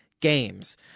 games